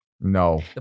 No